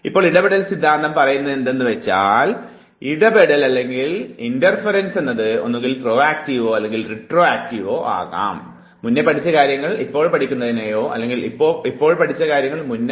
ഇപ്പോൾ ഇടപെടൽ സിദ്ധാന്തം പറയുന്നതെന്തെന്നു വച്ചാൽ ഇടപെടൽ എന്നത് ഒന്നുകിൽ പ്രോക്റ്റീവോ അല്ലെങ്കിൽ റെട്രോക്റ്റീവോ ആണ്